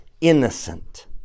innocent